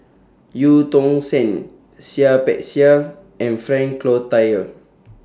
EU Tong Sen Seah Peck Seah and Frank Cloutier